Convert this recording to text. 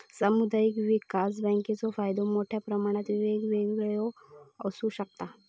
सामुदायिक विकास बँकेचो फायदो मोठ्या प्रमाणात वेगवेगळो आसू शकता